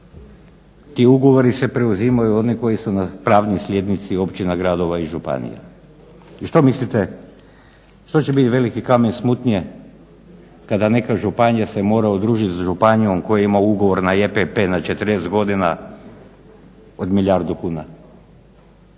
Ti ugovori se preuzimaju oni koji su pravni slijednici općina, gradova i županija. I što mislite što će biti veliki kamen smutnje kada neka županija se mora udružiti sa županijom koja ima ugovor na JPP na 40 godina od milijardu kuna?